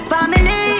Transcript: Family